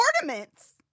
Ornaments